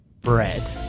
bread